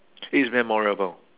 it's memorable